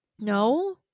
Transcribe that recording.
no